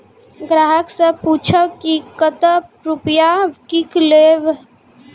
ग्राहक से पूछब की कतो रुपिया किकलेब?